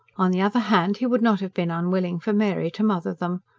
on the other hand, he would not have been unwilling for mary to mother them.